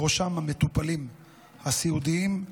בראשם המטופלים הסיעודיים,